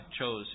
chose